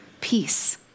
peace